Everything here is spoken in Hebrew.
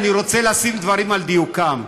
אני רוצה להעמיד דברים על דיוקם,